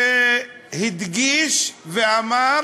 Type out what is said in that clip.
והדגיש ואמר